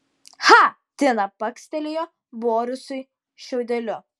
cha tina bakstelėjo borisui šiaudeliu